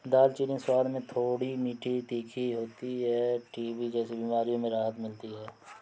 दालचीनी स्वाद में थोड़ी मीठी और तीखी होती है टीबी जैसी बीमारियों में राहत मिलती है